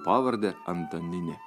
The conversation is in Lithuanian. pavarde antaninė